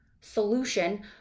solution